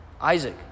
Isaac